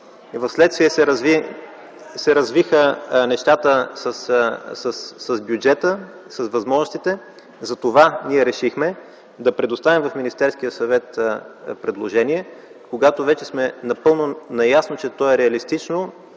Вследствие се развиха нещата с бюджета, с възможностите. Затова ние решихме да предоставим в Министерския съвет предложение, когато вече сме напълно наясно, че то е реалистично